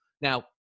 Now